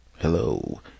Hello